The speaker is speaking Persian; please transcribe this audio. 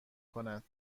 کند